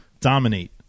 dominate